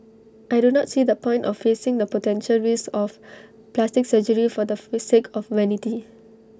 I do not see the point of facing the potential risks of plastic surgery for the free sake of vanity